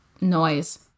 noise